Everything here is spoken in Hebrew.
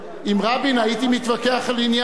עם רבין הייתי מתווכח על עניין זה.